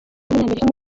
w’umunyamerika